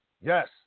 Yes